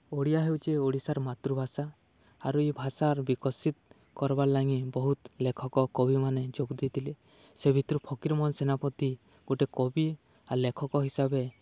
ଓଡ଼ିଆ ହେଉଛି ଓଡ଼ିଶାର ମାତୃଭାଷା ଆରୁ ଇ ଭାଷାର୍ ବିକଶିତ୍ କର୍ବାର୍ ଲାଗି ବହୁତ୍ ଲେଖକ କବିମାନେ ଯୋଗ୍ ଦେଇଥିଲେ ସେ ଭିତ୍ରୁ ଫକୀର୍ମୋହନ୍ ସେନାପତି ଗୁଟେ କବି ଆର୍ ଲେଖକ ହିସାବେ